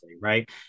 Right